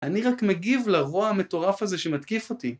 אני רק מגיב לרוע המטורף הזה שמתקיף אותי